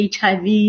HIV